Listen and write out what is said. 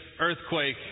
earthquake